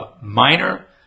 minor